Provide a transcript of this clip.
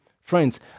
Friends